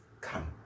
come